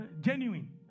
genuine